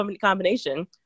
combination